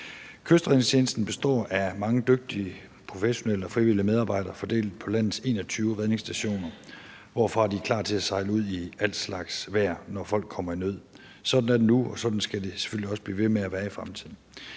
Kystredningstjenesten består af mange dygtige professionelle og frivillige medarbejdere fordelt på landets 21 redningsstationer, hvorfra de er klar til at sejle ud i alt slags vejr, når folk kommer i nød. Sådan er det nu, og sådan skal det selvfølgelig også blive ved med at være i fremtiden.